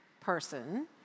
person